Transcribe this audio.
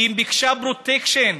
כי היא ביקשה פרוטקשן.